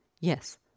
Yes